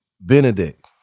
Benedict